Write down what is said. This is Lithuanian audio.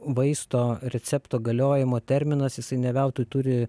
vaisto recepto galiojimo terminas jisai ne veltui turi